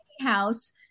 house